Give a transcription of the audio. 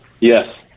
Yes